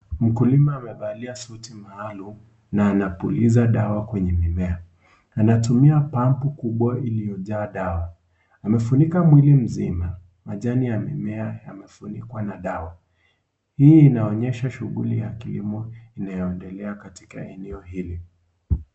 Mkulima amevalia suti maalum na anapuliza dawa kwenye mimea anatumia pampu kubwa iliojaa dawa .Amefunika mwili mzima majani ya mimea yamefunikwa na dawa hii inaonyesha shughuli ya kilimo inayoendelea katika eneo hili .